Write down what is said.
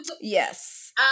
Yes